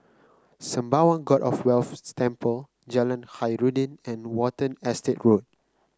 Sembawang God of Wealth Temple Jalan Khairuddin and Watten Estate Road